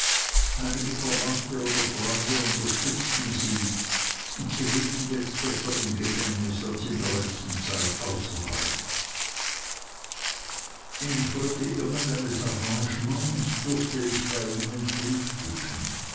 einige verwandte oder freunde unterstützten sie und sie lebten jetzt besser im gefängnis als in der letzten zeit außerhalb infolge irgend eines arrangements durfte ich bei ihnen frühstücken